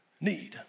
need